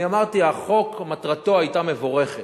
אני אמרתי, החוק, מטרתו היתה מבורכת,